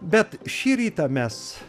bet šį rytą mes